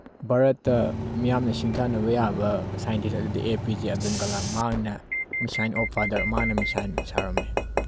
ꯚꯥꯔꯠꯇ ꯃꯤꯌꯥꯝꯅ ꯁꯤꯡꯊꯥꯅꯕ ꯌꯥꯕ ꯁꯥꯏꯟꯇꯤꯁ ꯑꯗꯨꯗꯤ A P J Abdul Kalam ꯃꯥꯅꯅꯦ ꯃꯤꯁꯥꯏꯜ ꯑꯣꯐ ꯐꯥꯗꯔ ꯃꯥꯅ ꯃꯤꯁꯥꯏꯜ ꯁꯥꯔꯝꯃꯤ